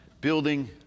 building